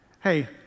hey